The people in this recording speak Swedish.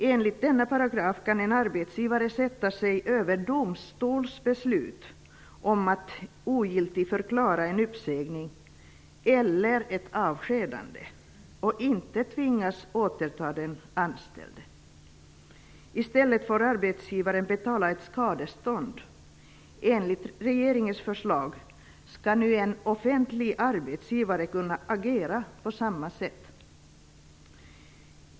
Enligt denna paragraf kan en arbetsgivare sätta sig över domstols beslut om att ogiltigförklara en uppsägning eller ett avskedande och inte tvingas återta den anställde. I stället får arbetsgivaren betala ett skadestånd. Enligt regeringens förslag skall nu en offentlig arbetsgivare kunna agera på samma sätt.